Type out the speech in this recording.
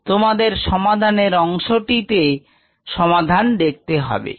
তোমাদের সমাধানের অংশটিতে সমাধান দেখতে হবে